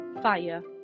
fire